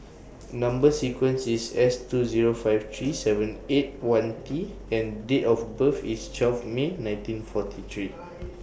Number sequence IS S two Zero five three seven eight one T and Date of birth IS twelve May nineteen forty three